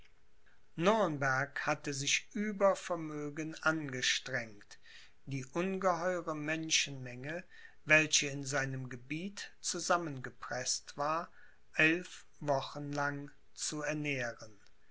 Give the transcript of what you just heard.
nürnberg hatte sich über vermögen angestrengt die ungeheure menschenmenge welche in seinem gebiet zusammengepreßt war eilf wochen lang zu ernähren